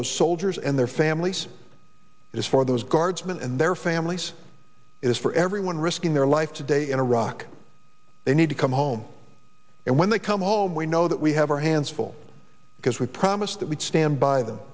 those soldiers and their families is for those guardsmen and their families is for everyone risking their life today in iraq they need to come home and when they come home we know that we have our hands full because we promised that we'd stand by them